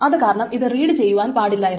അതു കാരണം ഇത് റീഡു ചെയ്യുവാൻ പാടില്ലായിരുന്നു